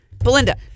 Belinda